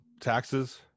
taxes